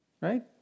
Right